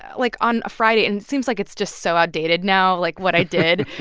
ah like, on a friday and it seems like it's just so outdated now, like, what i did.